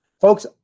Folks